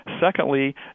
Secondly